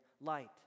light